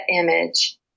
image